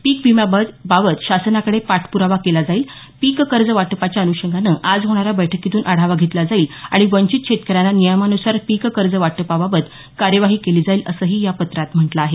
पीकविम्याबाबत शासनाकडे पाठप्रावा केला जाईल पीक कर्ज वाटपाच्या अनुषंगाने आज होणाऱ्या बैठकीतून आढावा घेतला जाईल आणि वंचित शेतकऱ्यांना नियमानुसार पीककर्ज वाटपाबाबत कार्यवाही केली जाईल असंही या पत्रात म्हटलं आहे